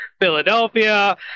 Philadelphia